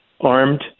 armed